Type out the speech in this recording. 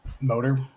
motor